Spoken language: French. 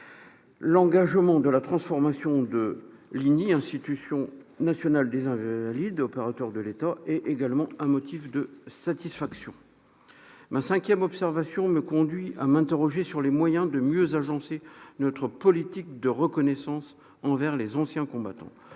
L'engagement de la transformation de l'Institution nationale des Invalides, l'INI, opérateur de l'État, est également un motif de satisfaction. Ma cinquième observation me conduit à m'interroger sur les moyens de mieux agencer notre politique de reconnaissance envers les anciens combattants.